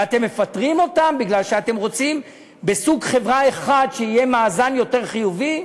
ואתם מפטרים אותם מפני שאתם רוצים שבסוג חברה אחד יהיה מאזן יותר חיובי?